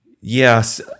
yes